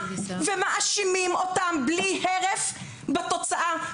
ומאשימים אותם בלי הרף בתוצאה.